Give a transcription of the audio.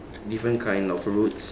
different kind of routes